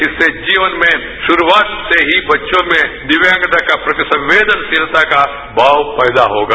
इससे जीवन में शुरूआत से ही बच्चों में दिव्यांगता के प्रति संवेदनशीलता का भाव पैदा होगा